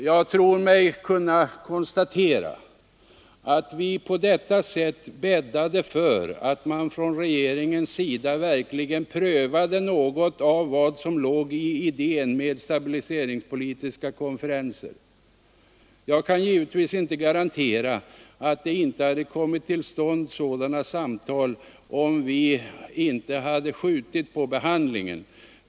Jag tror mig kunna konstatera att vi på detta sätt bäddade för att man från regeringens sida verkligen prövade något av vad som låg i idén med stabiliseringspolitiska konferenser. Jag kan givetvis inte garantera att det inte hade kommit till stånd sådana samtal om utskottet inte hade skjutit på behandlingen.